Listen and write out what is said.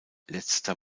letzter